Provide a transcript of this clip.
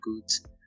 goods